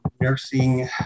nursing